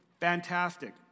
fantastic